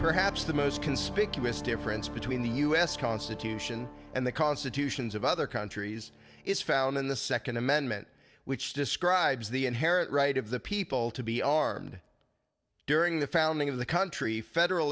perhaps the most conspicuous difference between the us constitution and the constitutions of other countries is found in the second amendment which describes the inherent right of the people to be armed during the founding of the country federal